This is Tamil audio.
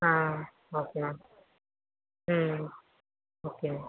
ah okay ma'am hmm okay